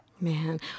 Man